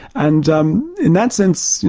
and um in that sense,